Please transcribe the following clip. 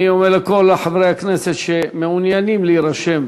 אני אומר לכל חברי הכנסת שמעוניינים להירשם